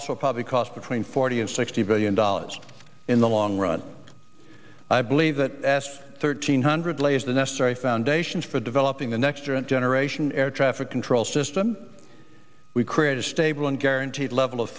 will probably cost between forty and sixty billion dollars in the long run i believe that asked thirteen hundred lays the necessary foundations for developing the next year and generation air traffic control system we create a stable and guaranteed level of